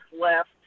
left